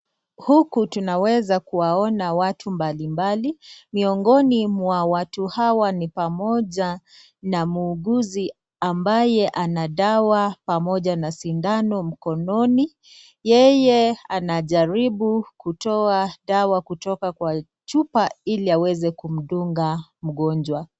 Huku tunaweza kuwaona watu mbalimbali. Miongoni mwa watu hawa ni pamoja na muuguzi ambaye ana dawa pamoja na sindano mkononi. Yeye anajaribu kutoa dawa kutoka kwa chupa ili aweze kumdunga mgonjwa.